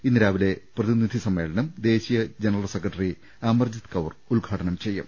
ഇന്ന് രാവിലെ പ്രതിനിധി സമ്മേളനം ദേശീയ ജനറൽ സെക്രട്ടറി അമർജിത് കൌർ ഉദ്ഘാടനം ചെയ്യും